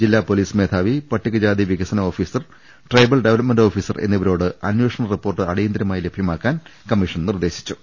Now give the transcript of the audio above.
ജില്ലാ പൊലീസ് മേധാവി പട്ടിക ജാതി വികസന officer tribal development officer എന്നിവരോട് അന്വേഷണ റിപ്പോർട്ട് അടിയന്തിരമായി ലഭ്യമാക്കാൻ കമ്മീഷൻ നിർദേശിച്ചു